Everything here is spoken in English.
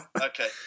Okay